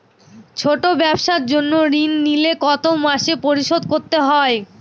ছোট ব্যবসার জন্য ঋণ নিলে কত মাসে পরিশোধ করতে হয়?